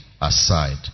aside